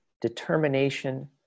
determination